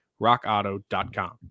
rockauto.com